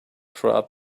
throughout